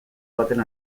baten